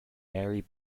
mary